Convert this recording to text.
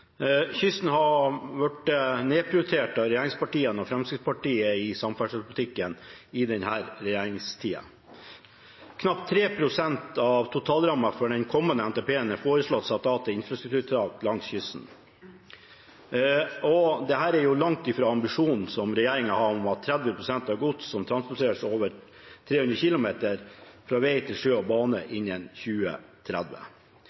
Knapt 3 pst. av totalrammen for den kommende NTP-en er foreslått satt av til infrastrukturtiltak langs kysten. Dette er jo langt fra ambisjonen som regjeringen har, om å overføre 30 pst. av gods som transporteres over 300 km, fra vei til sjø og bane